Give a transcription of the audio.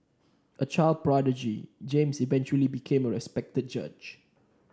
a child prodigy James eventually became a respected judge